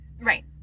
Right